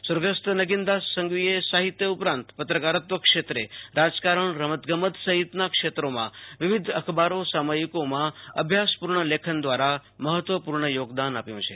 સ્વર્ગસ્થ નગીનદાસ સંઘવીએ સાહિત્ય ઉપરાંત પત્રકારત્વ ક્ષેત્રે રાજકારણ રમત ગમત સહિતના ક્ષેત્રોમાં વિવિધ અખબારો સામથિકોમાં અભ્યાસપૂર્ણ લેખન દ્વારા મહત્વપૂર્ણ યોગદાન આપ્યું છે